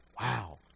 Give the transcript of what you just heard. Wow